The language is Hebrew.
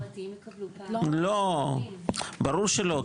ברור שלא,